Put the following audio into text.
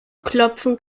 klopfen